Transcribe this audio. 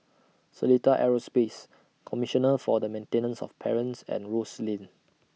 Seletar Aerospace Commissioner For The Maintenance of Parents and Rose Lane